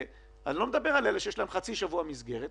אני לא מדבר על אלה שיש להם חצי שבוע מסגרת,